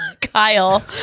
Kyle